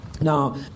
now